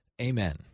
Amen